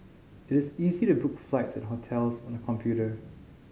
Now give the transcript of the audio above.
it is easy to book flights and hotels on the computer